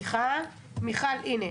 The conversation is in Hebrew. הינה,